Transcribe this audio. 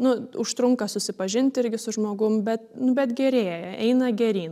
nu užtrunka susipažint irgi su žmogum bet nu bet gerėja eina geryn